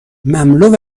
مملو